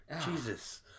Jesus